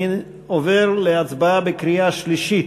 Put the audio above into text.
אני עובר להצבעה בקריאה השלישית.